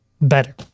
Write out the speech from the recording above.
better